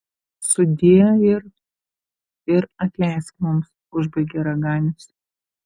sudie ir ir atleisk mums užbaigė raganius